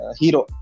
hero